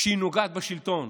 כשהיא נוגעת בשלטון.